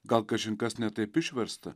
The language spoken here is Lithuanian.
gal kažin kas ne taip išversta